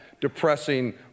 depressing